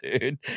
dude